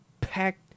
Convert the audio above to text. pack